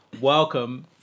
Welcome